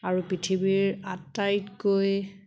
আৰু পৃথিৱীৰ আটাইতকৈ